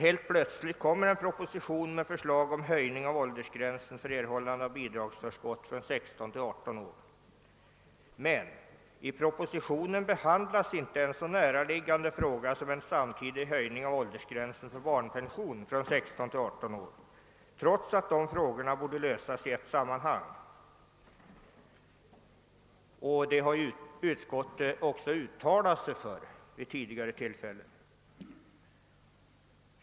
Helt plötsligt framlades det en proposition med förslag om höjning av åldersgränsen för erhållande av bidragsförskott från 16 till 18 år, men i den propositionen behandlades inte en så näraliggande fråga som en samtidig höjning av åldersgränsen för barnpension från 16 till 18 år, trots att dessa båda frågor borde lösas i ett sammanhang. Detta har utskottet också uttalat sig för tidigare.